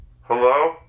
Hello